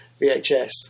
vhs